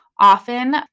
Often